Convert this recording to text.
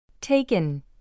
Taken